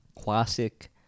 classic